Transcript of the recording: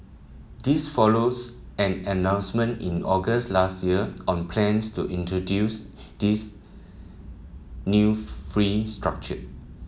this follows an announcement in August last year on plans to introduce this new fee structure